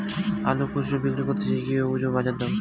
আলু খুচরো বিক্রি করতে চাই কিভাবে বুঝবো বাজার দর?